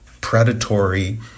predatory